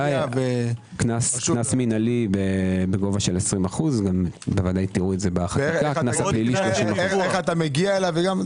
קנס מינהלי בגובה 20%. איך אתה מגיע אליו,